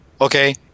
Okay